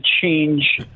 change